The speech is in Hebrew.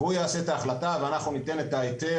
והוא יעשה את ההחלטה ואנחנו ניתן את ההיתר